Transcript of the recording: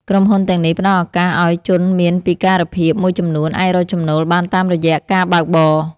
ក្រុមហ៊ុនទាំងនេះផ្ដល់ឱកាសឱ្យជនមានពិការភាពមួយចំនួន អាចរកចំណូលបានតាមរយៈការបើកបរ។